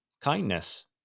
kindness